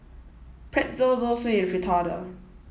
Pretzel Zosui and Fritada